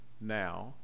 now